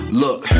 look